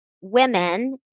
women